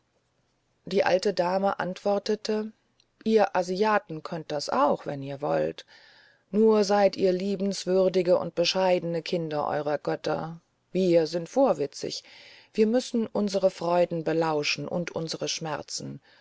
die alte dame antwortete ihr asiaten könnt das auch wenn ihr wollt nur seid ihr liebenswürdige und bescheidene kinder eurer götter und wir sind vorwitzig wir müssen unsere freuden belauschen und unsere schmerzen